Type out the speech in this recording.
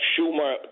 Schumer